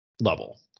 level